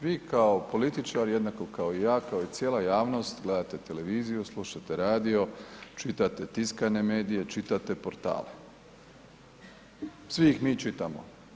Vi kao političar, jednako kao i ja kao i cijela javnost gledate televiziju, slušate radio, čitate tiskane medije, čitate portale, svi ih mi čitamo.